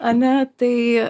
ane tai